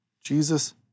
Jesus